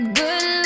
good